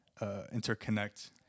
interconnect